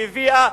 שהביאה,